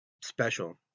special